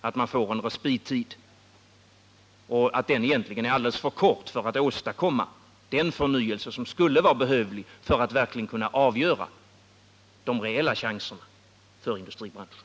Det blir en respittid, som egentligen är alldeles för kort för att åstadkomma den förnyelse som skulle vara behövlig för att verkligen kunna avgöra de reella chanserna för branschen.